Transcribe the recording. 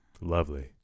Lovely